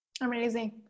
Amazing